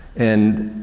and,